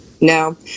No